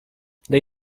they